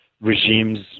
regimes